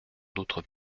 d’autres